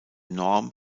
norm